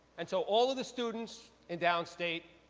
and so all of the students in downstate,